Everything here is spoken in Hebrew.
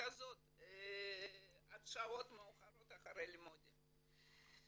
הזאת עד שעות מאוחרות אחרי הלימודים.